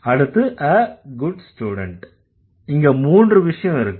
அடுத்து a good student இங்க மூன்று விஷயம் இருக்கு